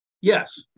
Yes